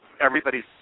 everybody's